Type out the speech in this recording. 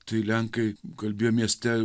tai lenkai kalbėjo mieste